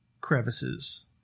Crevices